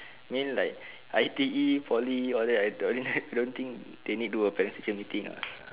mean like I_T_E poly all that I don't I don't think they need do a parents teacher meeting uh